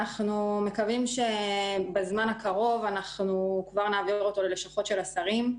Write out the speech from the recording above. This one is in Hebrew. אנחנו מקווים שבזמן הקרוב אנחנו נעביר אותו ללשכות של השרים.